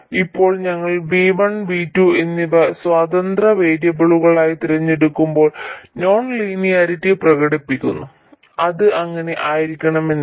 ഇപ്പോൾ ഞങ്ങൾ V1 V2 എന്നിവ സ്വതന്ത്ര വേരിയബിളുകളായി തിരഞ്ഞെടുക്കുമ്പോൾ നോൺ ലീനിയാരിറ്റി പ്രകടിപ്പിക്കുന്നു അത് അങ്ങനെ ആയിരിക്കണമെന്നില്ല